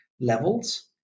levels